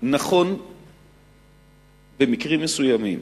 נכון במקרים מסוימים,